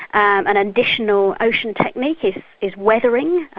an additional ocean technique is weathering,